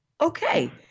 Okay